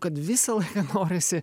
kad visą laiką norisi